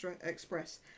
express